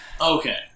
Okay